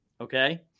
Okay